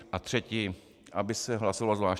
A třetí aby se hlasoval zvlášť.